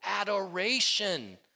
adoration